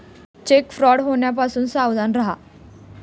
check fraud होण्यापासून सावध रहा